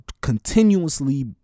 continuously